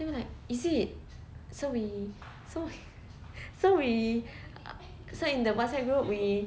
then I'm like is it so we so so we so in the WhatsApp group we